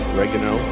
Oregano